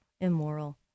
immoral